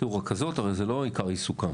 תראו, הרכזות, זה לא עיקר עיסוקן.